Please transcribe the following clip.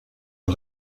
rez